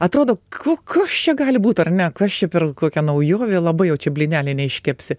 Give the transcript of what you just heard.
atrodo ko kas čia gali būti ar ne kas čia per kokia naujovė labai jau čia blyneliai neiškepsi